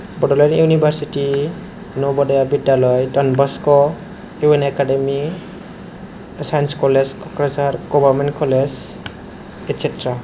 Bodoland university नभ'दया बिद्यालय Don Bosco U N academy science college Kokrajhar government college etcetera